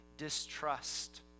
distrust